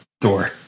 door